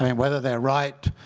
i mean whether they're right